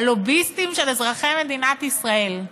הלוביסטים של אזרחי מדינת ישראל.